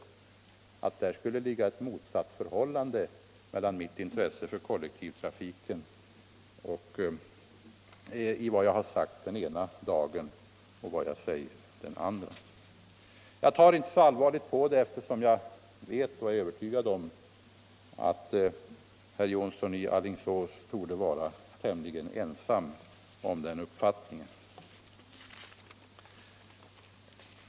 Han gör gällande att det jag den ena dagen sagt om kollektivtrafiken skulle stå i ett motsatsförhållande till det jag sagt den andra dagen. Jag tar inte så allvarligt på detta, eftersom jag är övertygad om att herr Jonsson i Alingsås är tämligen ensam om uppfattningen.